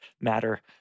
matter